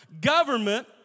Government